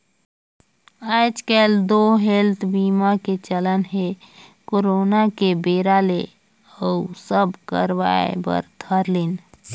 आएज काएल तो हेल्थ बीमा के चलन हे करोना के बेरा ले अउ सब करवाय बर धर लिन